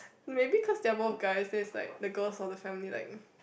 maybe cause they are both guys there's like the girls of the family like